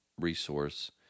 resource